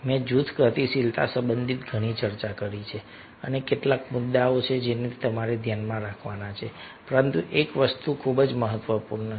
મેં જૂથ ગતિશીલતા સંબંધિત ઘણી ચર્ચા કરી છે અને કેટલાક મુદ્દાઓ છે જે તમારે ધ્યાનમાં રાખવાના છે પરંતુ એક વસ્તુ ખૂબ જ મહત્વપૂર્ણ છે